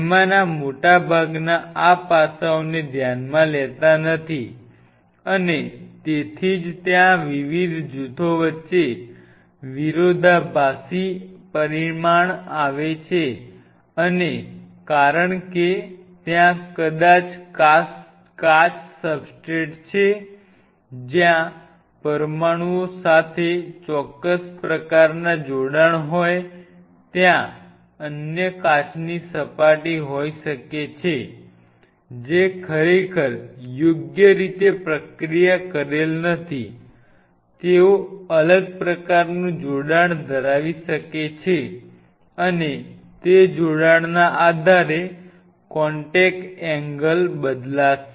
તેમાંના મોટા ભાગના આ પાસાઓને ધ્યાનમાં લેતા નથી અને તેથી જ ત્યાં વિવિધ જૂથો વચ્ચે વિરોધાભાસી પરિણામ આવે છે કારણ કે ત્યાં કદાચ કાચ સબસ્ટ્રેટ છે જ્યાં પરમાણુઓ સાથે ચોક્કસ પ્રકારના જોડાણ હોય ત્યાં અન્ય કાચની સપાટી હોઈ શકે છે જે ખરેખર યોગ્ય રીતે પ્રક્રિયા કરેલ નથી તેઓ અલગ પ્રકારનું જોડાણ ધરાવી શકે છે અને તે જોડાણના આધારે કોન્ટેક એંગલ બદલાશે